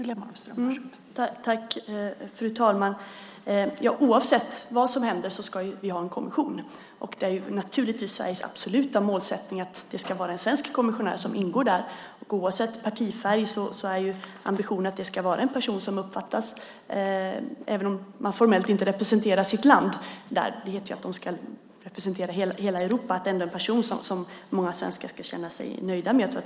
Fru talman! Oavsett vad som händer ska vi ha en kommission. Det är naturligtvis Sveriges absoluta mål att en svensk kommissionär ska ingå där. Oavsett partifärg är ambitionen att det ska vara en person som - även om man formellt inte representerar sitt land utan representerar hela Europa - många svenskar ska känna sig nöjda med.